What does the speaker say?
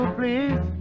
please